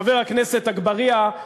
חבר הכנסת אגבאריה.